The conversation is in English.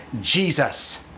Jesus